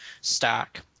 stack